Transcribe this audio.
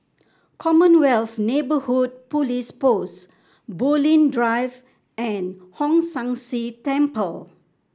Commonwealth Neighbourhood Police Post Bulim Drive and Hong San See Temple